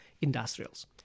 industrials